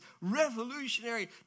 revolutionary